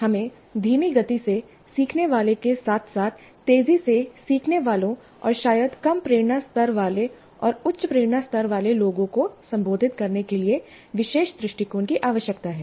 हमें धीमी गति से सीखने वालों के साथ साथ तेजी से सीखने वालों और शायद कम प्रेरणा स्तर वाले और उच्च प्रेरणा स्तर वाले लोगों को संबोधित करने के लिए विशेष दृष्टिकोण की आवश्यकता है